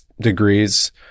degrees